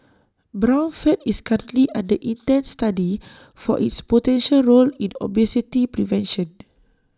brown fat is currently under intense study for its potential role in obesity prevention